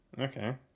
Okay